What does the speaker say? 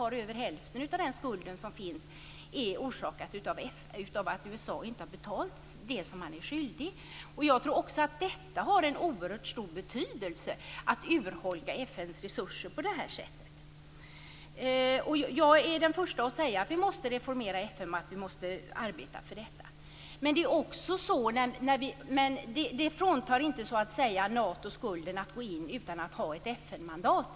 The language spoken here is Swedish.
Mer än hälften av skulden är orsakad av att USA inte har betalat det som man är skyldig. Jag tror också att ett sådant här urholkande av FN:s resurser har en oerhört stor betydelse. Jag är den första att säga att vi måste reformera FN och att vi måste arbeta för detta. Men det fråntar inte Nato skulden för att gå in utan att ha ett FN-mandat.